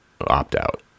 opt-out